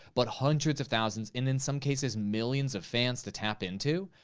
but hundreds of thousands, and in some cases millions of fans to tap into.